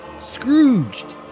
Scrooged